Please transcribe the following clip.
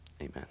Amen